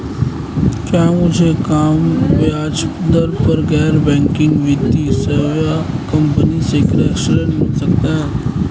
क्या मुझे कम ब्याज दर पर गैर बैंकिंग वित्तीय सेवा कंपनी से गृह ऋण मिल सकता है?